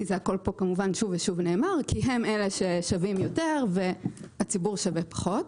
כי הם אלה ששווים יותר, והציבור שווה פחות.